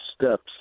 steps